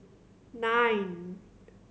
nine